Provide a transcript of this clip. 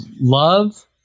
love